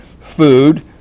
food